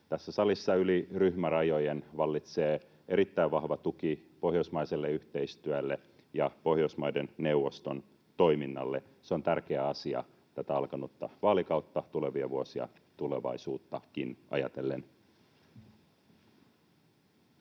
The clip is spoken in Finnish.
salissa yli ryhmärajojen vallitsee erittäin vahva tuki pohjoismaiselle yhteistyölle ja Pohjoismaiden neuvoston toiminnalle. Se on tärkeä asia tätä alkanutta vaalikautta, tulevia vuosia ja tulevaisuuttakin ajatellen.